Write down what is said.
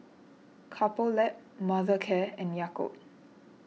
Couple Lab Mothercare and Yakult